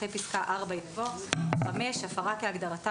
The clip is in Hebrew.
אחרי פסקה (4) יבוא: "(5)הפרה כהגדרתה